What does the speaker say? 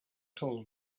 told